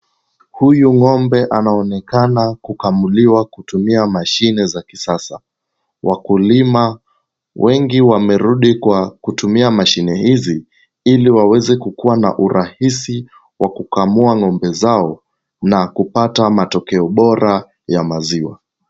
Huyu ng'ombe anaonekana kukamuliwa kutumia mashine za kisasa. Wakulima wengi wamerudi kwa kutumia mashine hizi, ili waweze kukuwa na urahisi wa kukamua ng'ombe zao na kupata matokeo bora ya maziwa.